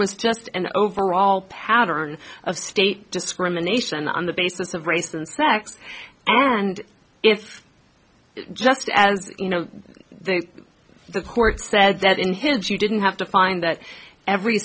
was just an overall pattern of state discrimination on the basis of race and sex and it's just as you know the court said that in his you didn't have to find that every